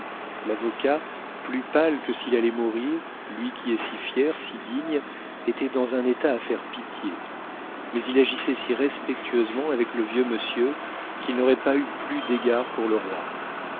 l'avocat plus pâle que s'il allait mourir lui qui est si fier si digne était dans un état à faire pitié mais il agissait si respectueusement avec le vieux monsieur qu'il n'aurait pas eu plus d'égards pour le roi